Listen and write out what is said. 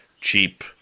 cheap